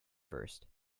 first